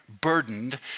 burdened